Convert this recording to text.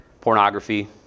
pornography